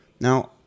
Now